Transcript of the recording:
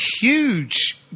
huge